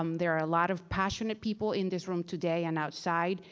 um there are a lot of passionate people in this room today and outside.